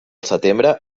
setembre